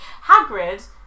Hagrid